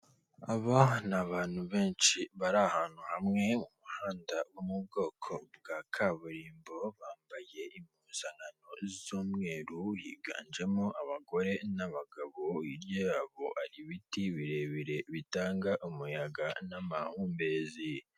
Aba ni abantu benshi bari ahantu hamwe umuhanda wo mu bwoko bwa kaburimbo, bambaye impuzankano z'umweru, yiganjemo abagore n'abagabo hirya ari ibiti birebire bitanga umuyaga n'amahumbezi.